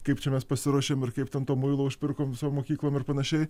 kaip čia mes pasiruošėm ir kaip ten to muilo užpirkom savo mokyklom ar panašiai